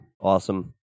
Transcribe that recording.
Awesome